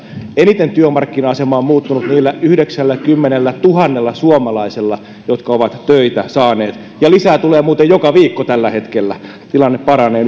eniten työmarkkina asema on muuttunut niillä yhdeksälläkymmenellätuhannella suomalaisella jotka ovat saaneet töitä ja lisää tulee muuten joka viikko tällä hetkellä tilanne paranee